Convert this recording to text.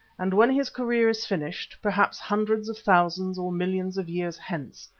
and when his career is finished, perhaps hundreds of thousands or millions of years hence,